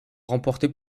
remporté